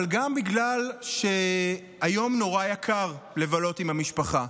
אבל גם בגלל שהיום נורא יקר לבלות עם המשפחה.